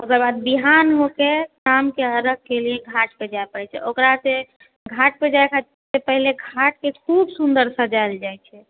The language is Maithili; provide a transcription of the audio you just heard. ओकरबाद बिहान होके शाम के अरघ के लेल घाट पर जाइ परै छै ओकराबाद घाट पर जाइ कऽ पाहिले घाट के खूब सुन्दर सजायल जाइ छै